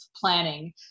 planning